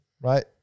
right